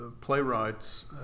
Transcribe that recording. playwrights